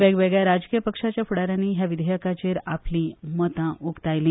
वेगवेगळ्या राजकी पक्षाच्या फूडाऱ्यानी ह्या विधेयकाचेर आपली मता उक्तायली